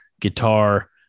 guitar